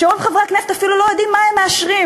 כשרוב חברי הכנסת אפילו לא יודעים מה הם מאשרים,